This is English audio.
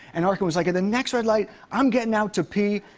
and arkin was like, at the next red light, i'm getting out to pee.